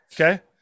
Okay